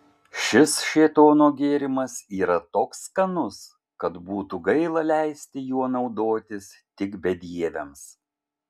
šis šėtono gėrimas yra toks skanus kad būtų gaila leisti juo naudotis tik bedieviams